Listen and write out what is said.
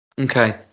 Okay